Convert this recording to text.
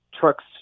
trucks